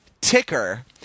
ticker